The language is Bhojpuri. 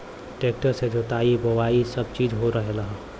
ट्रेक्टर से जोताई बोवाई सब चीज हो रहल हौ